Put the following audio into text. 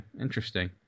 interesting